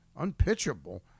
Unpitchable